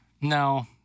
No